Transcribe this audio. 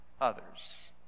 others